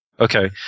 Okay